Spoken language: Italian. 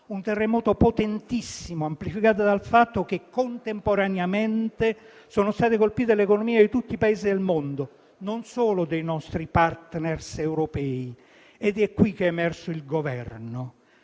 un terremoto potentissimo, amplificato dal fatto che, contemporaneamente, sono state colpite le economie di tutti i Paesi del mondo, non solo dei nostri *partner* europei. Ed è qui che è emerso il Governo.